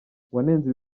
wanenze